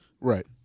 right